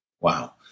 Wow